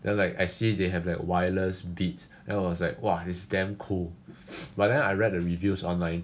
then like I see they have their wireless Beats then I was like !wah! it's damn cool but then I read the reviews online